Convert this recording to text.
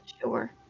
Sure